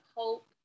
hope